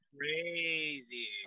crazy